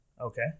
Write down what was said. Okay